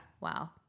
wow